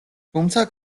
თუმცა